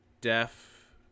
deaf